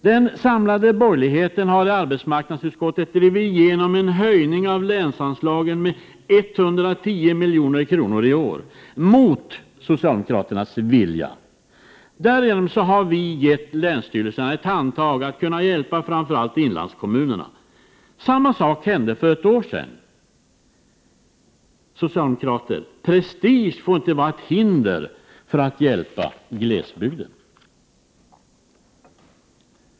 Den samlade borgerligheten har i arbetsmarknadsutskottet drivit igenom en höjning av länsanslagen med 110 milj.kr. i år — mot socialdemokraternas vilja. Därigenom har vi gett länsstyrelserna ett handtag för att de skall kunna hjälpa framför allt inlandskommunerna. Samma sak hände för ett år sedan. Socialdemokrater! Prestige får inte vara ett hinder för att hjälpa glesbygden.